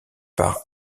par